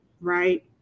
right